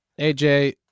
AJ